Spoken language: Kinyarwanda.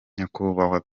nyakubahwa